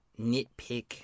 nitpick